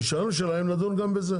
כשנדון ברישיון שלהם, נדון גם בזה.